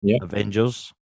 Avengers